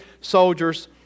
soldiers